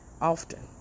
often